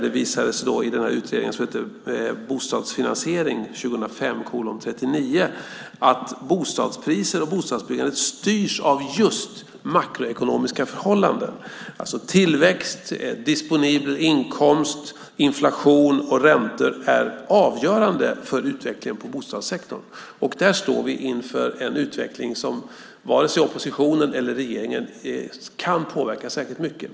Det visade sig i utredningen som hette Bostadsfinansiering , 2005:39, att bostadspriser och bostadsbyggande styrs av just makroekonomiska förhållanden. Tillväxt, disponibel inkomst, inflation och räntor är avgörande för utvecklingen i bostadssektorn. Där står vi inför en utveckling som varken oppositionen eller regeringen kan påverka särskilt mycket.